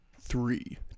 Three